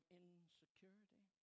insecurity